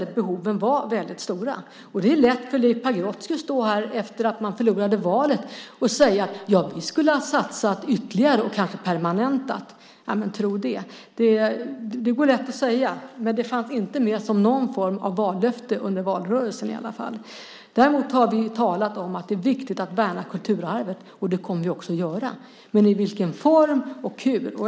Men behoven var stora. Det är lätt för Leif Pagrotsky att stå här, efter det att man har förlorat valet, och säga att de skulle ha satsat ytterligare och kanske permanentat. Tro det! Det är lätt att säga, men det fanns inte med som någon form av vallöfte under valrörelsen. Däremot har vi talat om att det är viktigt att värna kulturarvet. Det kommer vi också att göra. Men i vilken form och hur?